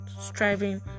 striving